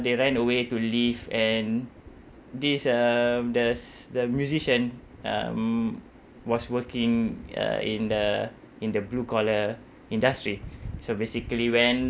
they ran away to leave and this uh the the musician um was working uh in the in the blue collar industry so basically when